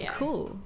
cool